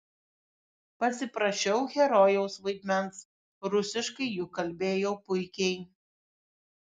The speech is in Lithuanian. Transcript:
pasiprašiau herojaus vaidmens rusiškai juk kalbėjau puikiai